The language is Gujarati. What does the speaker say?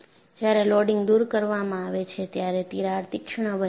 જ્યારે લોડિંગ દૂર કરવામાં આવે છે ત્યારે તિરાડ તીક્ષ્ણ બને છે